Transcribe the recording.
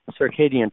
circadian